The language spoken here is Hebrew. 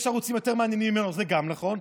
יש ערוצים יותר מעניינים, זה גם נכון.